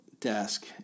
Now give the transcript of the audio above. desk